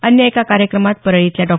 अन्य एका कार्यक्रमात परळीतल्या डॉ